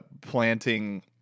planting